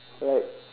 like